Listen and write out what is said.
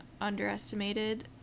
underestimated